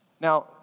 Now